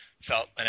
felt